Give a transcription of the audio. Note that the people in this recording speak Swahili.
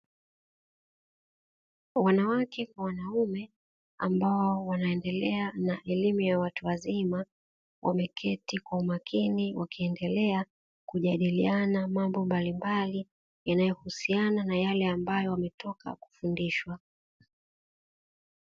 Wanawake kwa wanaume, ambao wanaendelea na elimu ya watu wazima, wameketi kwa makini wakiendelea kujadiliana mambo mbalimbali, yanayohusiana na yale ambayo wametoka kufundisha.